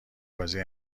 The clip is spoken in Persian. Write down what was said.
بازی